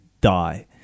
die